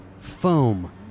Foam